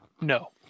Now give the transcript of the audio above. No